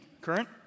current